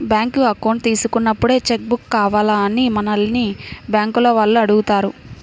bank account తీసుకున్నప్పుడే cheque book కావాలా అని మనల్ని బ్యేంకుల వాళ్ళు అడుగుతారు